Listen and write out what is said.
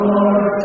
Lord